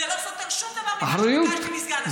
זה לא סותר שום דבר ממה שביקשתי מסגן השר, אוקיי.